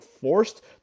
forced